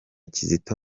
kizito